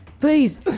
Please